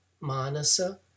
manasa